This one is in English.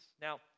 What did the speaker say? Now